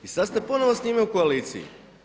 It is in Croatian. I sada ste ponovno s njima u koaliciji.